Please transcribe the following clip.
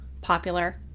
popular